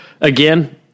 again